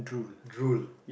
drool